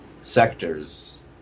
sectors